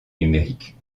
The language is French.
numérique